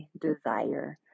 desire